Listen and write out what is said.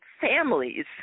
families